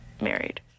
married